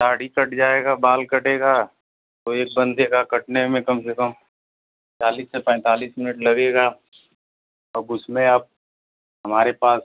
दाढ़ी कट जाएगा बाल कटेगा तो एक बंदे का कटने में कम से कम चालीस से पैंतालीस मिनट लगेगा अब उसमें आप हमारे पास